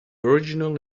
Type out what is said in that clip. original